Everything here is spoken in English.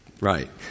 right